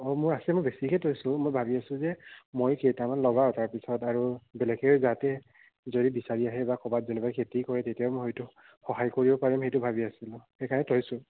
অঁ মই ৰাখিব বেছিহে থৈছোঁ মই ভাবি আছোঁ যে মই কেইটামান লগাওঁ তাৰপিছত আৰু বেলেগে যাতে যদি বিচাৰি আহে বা ক'ৰবাত যেনেবা খেতি কৰে তেতিয়া মই হয়তো সহায় কৰিব পাৰিম সেইটো ভাবি আছিলো সেইকাৰণে থৈছোঁ